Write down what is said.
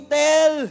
tell